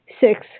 Six